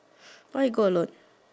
why you go alone